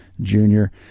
junior